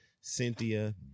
Cynthia